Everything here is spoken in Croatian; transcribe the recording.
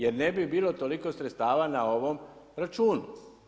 Jer ne bi bilo toliko sredstava na ovom računu.